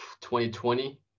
2020